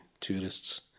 tourists